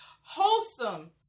Wholesome